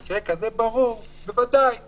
כן, אבל הכניסו שינוי משום שהם ראו את הבעייתיות.